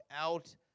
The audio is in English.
out